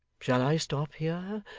shall i stop here,